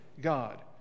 God